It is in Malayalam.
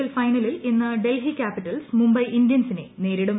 എൽ ഫൈനലിൽ ഇന്ന് ഡൽഹി ക്യാപിറ്റൽസ് മുംബൈ ഇന്ത്യൻസിനെ നേരിടും